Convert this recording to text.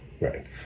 right